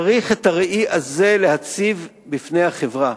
צריך את הראי הזה להציב בפני החברה.